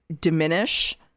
diminish